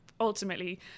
ultimately